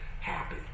happy